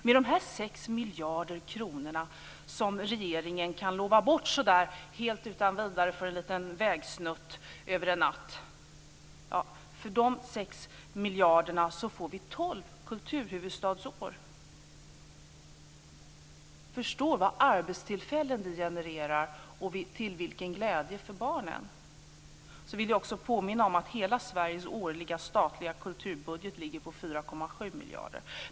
För de 6 miljarder kronorna som regeringen kan lova bort så där helt utan vidare, över en natt, för en liten vägsnutt, kunde vi få tolv kulturhuvudstadsår. Försök förstå så många arbetstillfällen det genererar och till vilken glädje för barnen! Jag vill också påminna om att hela Sveriges årliga statliga kulturbudget ligger på 4,7 miljarder.